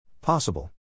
Possible